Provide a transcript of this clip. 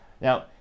Now